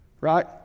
Right